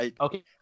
Okay